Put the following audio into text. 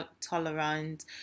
tolerant